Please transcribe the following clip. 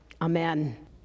Amen